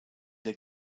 der